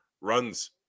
Runs